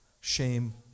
shame